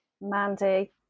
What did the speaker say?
Mandy